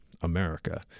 America